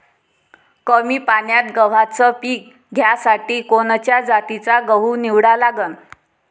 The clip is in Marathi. कमी पान्यात गव्हाचं पीक घ्यासाठी कोनच्या जातीचा गहू निवडा लागन?